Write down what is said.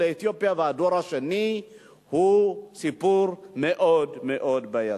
עולי אתיופיה והדור השני הוא סיפור מאוד בעייתי.